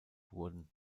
wurden